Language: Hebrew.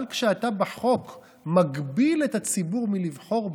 אבל כשבחוק אתה מגביל את הציבור מלבחור בו,